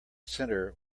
center